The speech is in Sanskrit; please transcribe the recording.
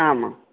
आम् आम्